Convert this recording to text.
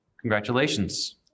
Congratulations